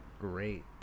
Great